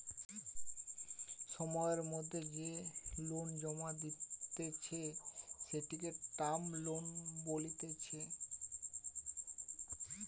সময়ের মধ্যে যে লোন জমা দিতেছে, সেটিকে টার্ম লোন বলতিছে